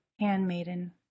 handmaiden